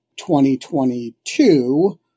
2022